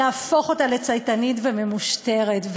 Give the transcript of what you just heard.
להפוך אותה לצייתנית וממושטרת.